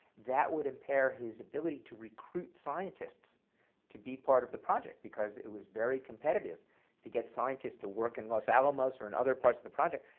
that would impair his ability to recruit scientists to be part of the project. because it was very competitive to get scientists to work in los alamos or in other parts of the project,